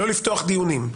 לא לפתוח דיונים.